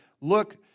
Look